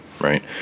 right